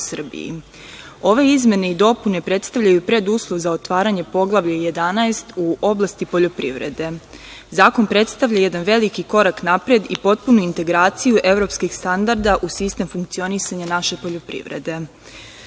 Ove izmene i dopune predstavljaju preduslov za otvaranje Poglavlja 11. u oblasti poljoprivrede. Zakon predstavlja jedan veliki korak napred i potpunu integraciju evropskih standarda u sistem funkcionisanja naše poljoprivrede. Što